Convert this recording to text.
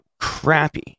crappy